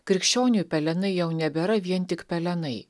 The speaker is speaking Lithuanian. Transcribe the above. krikščioniui pelenai jau nebėra vien tik pelenai